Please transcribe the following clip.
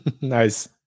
Nice